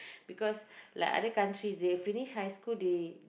because like other countries they finish high school they